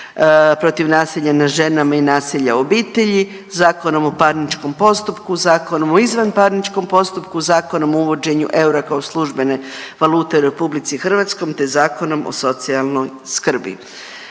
protiv nasilja nad ženama i nasilja u obitelji, Zakonom o parničnom postupku, Zakonom o izvanparničnom postupku, Zakonom o uvođenju eura kao službene valute u RH, te Zakonom o socijalnoj skrbi.